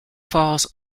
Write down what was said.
falls